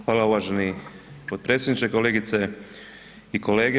Hvala uvaženi potpredsjedniče, kolegice i kolege.